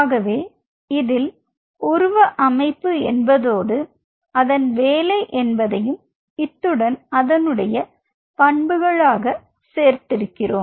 ஆகவே நாம் இதில் உருவ அமைப்பு என்பதோடு அதன் வேலை என்பதையும் இத்துடன் அதனுடைய பண்புகளாக சேர்த்திருக்கிறோம்